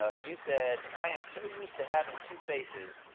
ah you said, i am so used to having two faces,